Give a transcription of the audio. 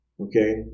Okay